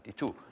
1992